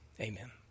amen